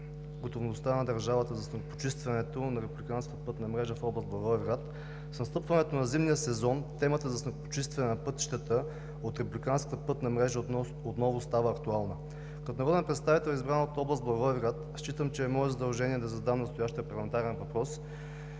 готовността на държавата за снегопочистването на републиканската пътна мрежа в област Благоевград. С настъпването на зимния сезон темата за снегопочистването на пътищата от републиканската пътна мрежа отново става актуална. Като народен представител, избран от област Благоевград, считам, че е мое задължение да задам настоящия парламентарен въпрос